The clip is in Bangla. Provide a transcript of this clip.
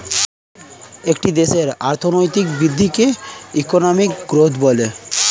একটা দেশের অর্থনৈতিক বৃদ্ধিকে ইকোনমিক গ্রোথ বলে